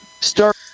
Start